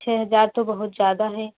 छः हज़ार तो बहुत ज़्यादा है